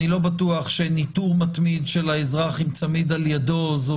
אני לא בטוח שניטור מתמיד של האזרח עם צמיד על ידו זו